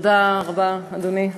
תודה רבה, אדוני.